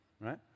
Right